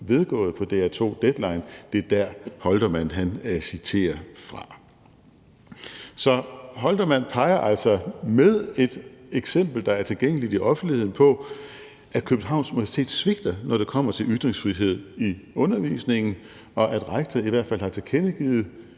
vedgået i Deadline på DR 2. Det er der, Holtermann citerer fra. Så Holtermann peger altså med et eksempel, der er tilgængeligt i offentligheden, på, at Københavns Universitet svigter, når det kommer til ytringsfrihed i undervisningen, og at rektor i hvert fald her tilkendegiver,